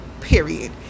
Period